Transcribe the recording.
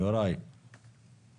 יוראי